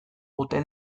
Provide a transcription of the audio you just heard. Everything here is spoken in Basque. ote